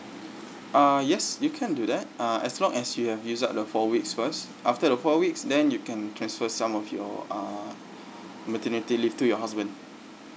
uh yes you can do that uh as long as you have use up the four weeks first after the four weeks then you can transfer some of your uh maternity leave to your husband